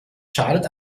schadet